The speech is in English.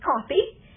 coffee